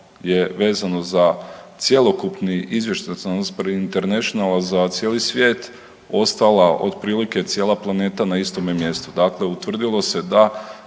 je vezano za cjelokupni izvještaj Transparency Internationala za cijeli svijet ostala otprilike cijela planeta na istome mjestu, dakle utvrdilo se da